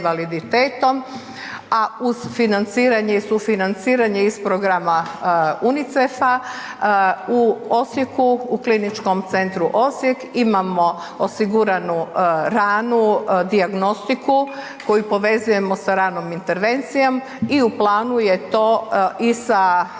i sufinanciranje iz programa UNICEF-a u Osijeku u Kliničkom centu Osijek imamo osiguranu ranu dijagnostiku koju povezujemo sa radnom intervencijom i u planu je to i sa ostalim